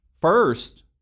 first